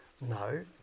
no